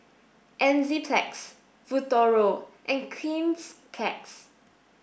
Enzyplex Futuro and Cleanz plus